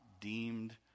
deemed